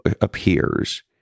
appears